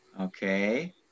Okay